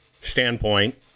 standpoint